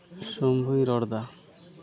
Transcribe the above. ᱥᱚᱢᱵᱷᱩᱧ ᱨᱚᱲ ᱮᱫᱟ